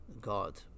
God